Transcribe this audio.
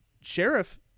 sheriff